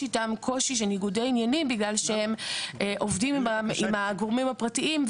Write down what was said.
יש איתם קושי של ניגודי עניינים בגלל שהם עובדים עם הגורמים הפרטיים,